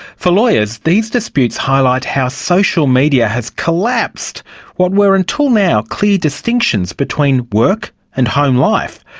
for lawyers, these decisions highlight how social media has collapsed what were until now clear distinctions between work and home life.